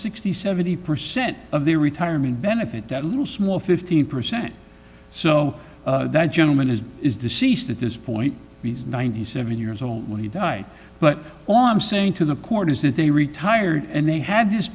and seventy percent of their retirement benefit that little small fifteen percent so that gentleman is is deceased at this point because ninety seven years old when he died but all i'm saying to the court is that they retired and they had